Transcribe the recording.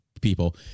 people